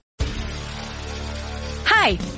Hi